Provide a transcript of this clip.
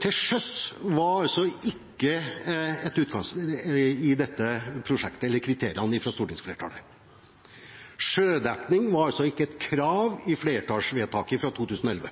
til sjøs lå ikke i kriteriene fra stortingsflertallet. Sjødekning var ikke et krav i flertallsvedtaket fra 2011.